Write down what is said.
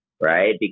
Right